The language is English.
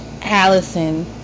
Allison